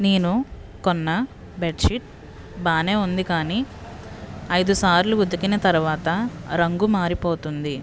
నేను కొన్న బెడ్షీట్ బాగానే ఉంది కానీ ఐదు సార్లు ఉతికిన తర్వాత రంగు మారిపోతుంది